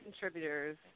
contributors